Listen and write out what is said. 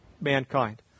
mankind